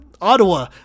Ottawa